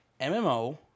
mmo